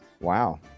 Wow